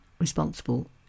responsible